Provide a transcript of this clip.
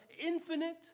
infinite